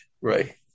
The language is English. right